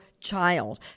child